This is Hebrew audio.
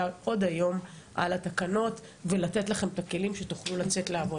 עוד היום על התקנות ולתת לכם את הכלים שיאפשרו לכם לעבוד.